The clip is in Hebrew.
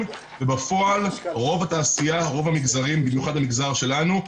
ובפועל רוב התעשייה ורוב המגזרים במיוחד המגזר שלנו,